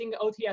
OTS